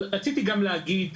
רציתי גם להגיד,